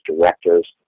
directors